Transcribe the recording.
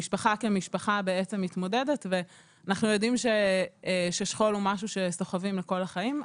המשפחה כמשפחה מתמודדת ואנחנו יודעים ששכול הוא משהו שסוחבים לכל החיים.